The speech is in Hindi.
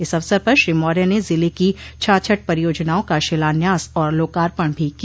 इस अवसर पर श्री मौर्य ने जिले की छाछठ परियोजनाओं का शिलान्यास और लोकार्पण भी किया